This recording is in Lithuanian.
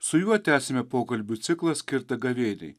su juo tęsiame pokalbių ciklą skirtą gavėniai